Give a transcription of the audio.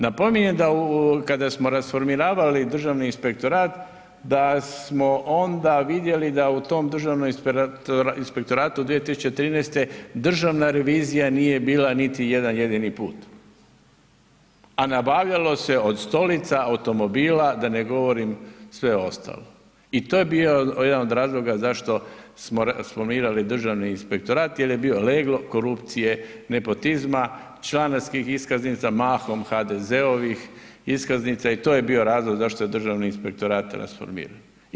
Napominjem da u, kada smo rasformiravali Državni inspektorat da smo onda vidjeli da u tom Državnom inspektoratu 2013. godine, Državna revizija nije bila niti jedan jedini put, a nabavljalo se od stolica, od automobila, da ne govorim sve ostalo, i to je bio jedan od razloga zašto smo rasformirali Državni inspektorat jer je bio leglo korupcije, nepotizma, članskih iskaznica, mahom HDZ-ovih iskaznica, i to je bio razlog zašto je Državni inspektorat rasformiran.